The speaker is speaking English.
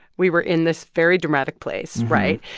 we were in this very dramatic place. right?